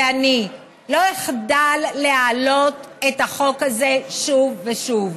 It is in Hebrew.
ואני לא אחדל להעלות את החוק הזה שוב ושוב,